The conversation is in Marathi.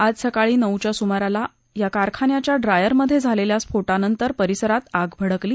आज सकाळी नऊच्या सुमाराला या कारखान्याच्या ड्रायरमध्ये झालेल्या स्फोटानंतर परिसरात आग भडकली